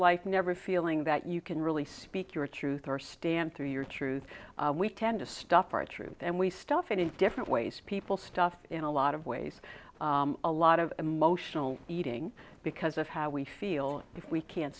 life never feeling that you can really speak your truth or stand through your truth we tend to stuff our truth and we stuff it in different ways people stuff in a lot of ways a lot of emotional eating because of how we feel if we can't